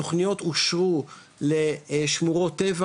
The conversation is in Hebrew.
תוכניות אושרו לשמורות טבע,